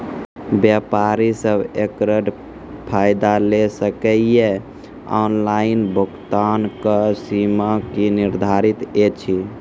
व्यापारी सब एकरऽ फायदा ले सकै ये? ऑनलाइन भुगतानक सीमा की निर्धारित ऐछि?